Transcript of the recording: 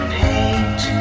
paint